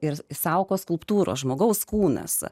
ir saukos skulptūros žmogaus kūnas